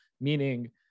meaning